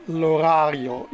l'orario